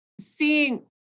Seeing